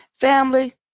Family